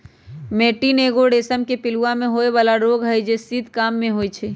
मैटीन एगो रेशम के पिलूआ में होय बला रोग हई जे शीत काममे होइ छइ